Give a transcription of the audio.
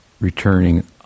returning